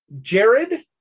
Jared